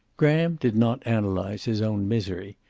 graham did not analyze his own misery.